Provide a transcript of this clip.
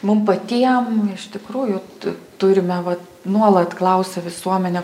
mum patiem iš tikrųjų tu turime va nuolat klausia visuomenė